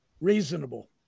Reasonable